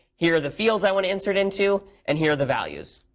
here are the fields i want to insert into. and here are the values.